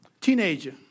Teenager